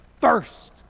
first